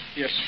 Yes